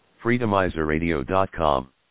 Freedomizerradio.com